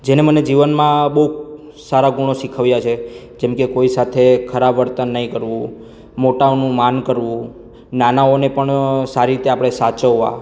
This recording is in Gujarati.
જેણે મને જીવનમાં બહુ સારા ગુણો શીખવ્યા છે જેમકે કોઈ સાથે ખરાબ વર્તન નહીં કરવું મોટાઓનું માન કરવું નાનાઓને પણ સારી રીતે આપણે સાચવવા